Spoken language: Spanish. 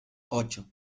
ocho